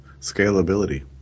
scalability